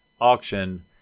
auction